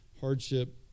hardship